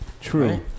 True